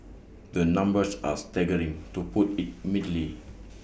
the numbers are staggering to put IT mildly